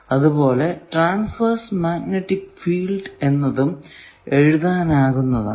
അതുപോലെ transverse magnetic field എന്നതും ഇതേ രീതിയിൽ എഴുതാനാകുന്നതാണ്